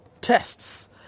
tests